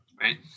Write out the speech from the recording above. right